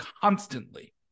constantly